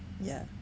ya